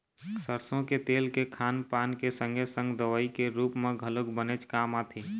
सरसो के तेल के खान पान के संगे संग दवई के रुप म घलोक बनेच काम आथे